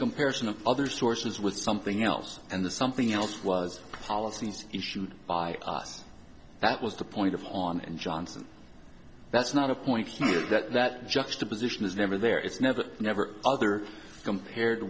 comparison of other sources with something else and the something else was policies issued by us that was the point of on and johnson that's not a point that juxtaposition is never there it's never never other compared